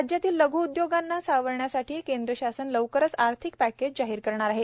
राज्यातील लघ् उद्योगांना सावण्यासाठी केंद्र शासन लवकरच आर्थिक पॅकेज जाहीर करणार आहे